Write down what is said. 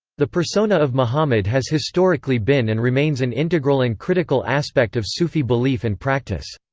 the persona of muhammad has historically been and remains an integral and critical aspect of sufi belief and practice.